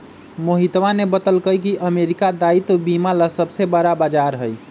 मोहितवा ने बतल कई की अमेरिका दायित्व बीमा ला सबसे बड़ा बाजार हई